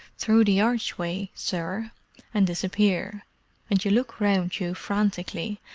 through the archway, sir and disappear and you look round you frantically,